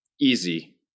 Easy